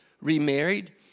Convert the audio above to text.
remarried